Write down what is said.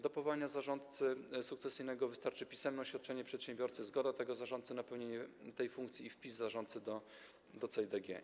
Do powołania zarządcy sukcesyjnego wystarczy pisemne oświadczenie przedsiębiorcy, zgoda zarządcy na pełnienie tej funkcji i wpis zarządcy do CEIDG.